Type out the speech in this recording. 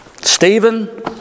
Stephen